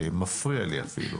מפריע לי אפילו.